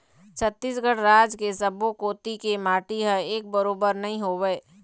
छत्तीसगढ़ राज के सब्बो कोती के माटी ह एके बरोबर नइ होवय